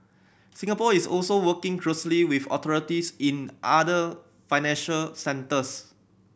Singapore is also working closely with authorities in other financial centres